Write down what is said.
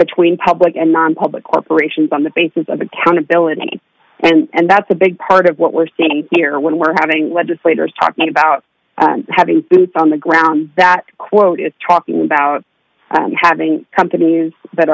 between public and nonpublic corporations on the basis of accountability and that's a big part of what we're seeing here when we're having legislators talking about having boots on the ground that quote is talking about having companies that